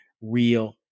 real